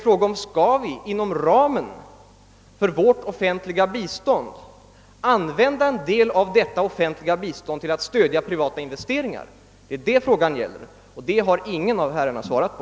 Frågan är: Skall vi använda en del av vårt offentliga bistånd till att stödja privata investeringar? Det har ingen av herrarna svarat på.